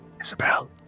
Isabel